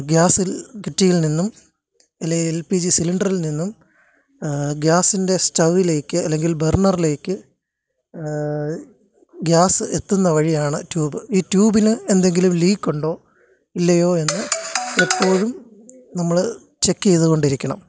ഗ്യാസിൽ കുറ്റിയിൽ നിന്നും ഇല്ലേൽ എൽ പി ജി സിലിണ്ടറിൽ നിന്നും ഗ്യാസിൻ്റെ സ്റ്റൌവ്വിയിലേക്ക് അല്ലെങ്കിൽ ബർണറിലേക്ക് ഗ്യാസ് എത്തുന്ന വഴിയാണ് ട്യൂബ് ഈ ട്യൂബിന് എന്തെങ്കിലും ലീക്ക് ഉണ്ടോ ഇല്ലയോ എന്ന് എപ്പോഴും നമ്മൾ ചെക്ക് ചെയ്തുകൊണ്ടിരിക്കണം